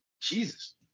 Jesus